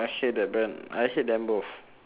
I hate that brand I hate them both